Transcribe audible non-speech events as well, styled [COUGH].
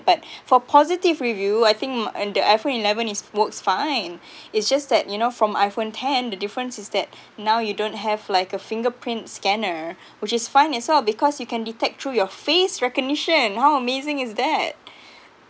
but [BREATH] for positive review I think and the iphone eleven is works fine [BREATH] it's just that you know from iphone ten the difference is that [BREATH] now you don't have like a fingerprint scanner which is fine as well because you can detect through your face recognition how amazing is that [BREATH]